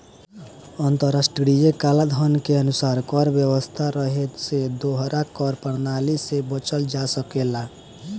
अंतर्राष्ट्रीय कलाधन के अनुसार कर व्यवस्था रहे से दोहरा कर प्रणाली से बचल जा सकेला